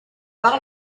par